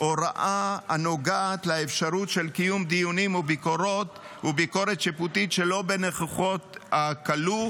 הוראה הנוגעת לאפשרות קיום דיונים וביקורת שיפוטית שלא בנוכחות הכלוא,